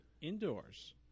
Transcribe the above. indoors